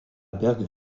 bergen